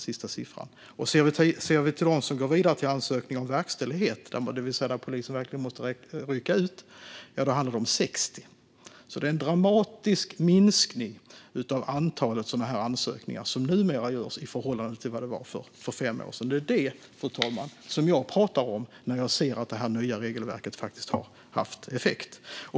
Antalet ansökningar som går vidare till verkställighet, det vill säga att polisen verkligen måste rycka ut, var 60. Det har alltså skett en dramatisk minskning av antalet sådana här ansökningar i förhållande till hur det var för fem år sedan. Det är det, fru talman, som jag talar om när jag säger att det nya regelverket har haft effekt.